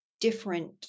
different